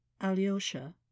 Alyosha